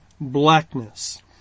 blackness